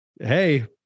Hey